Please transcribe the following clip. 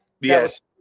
yes